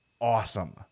awesome